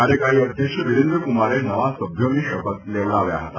કાર્યકારી અધ્યક્ષ વિરેન્દ્રકુમારે નવા સભ્યોને શપથ લેવડાવવ્યા હતા